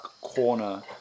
corner